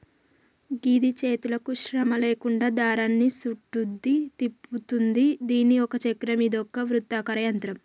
గిది చేతులకు శ్రమ లేకుండా దారాన్ని సుట్టుద్ది, తిప్పుతుంది దీని ఒక చక్రం ఇదొక వృత్తాకార యంత్రం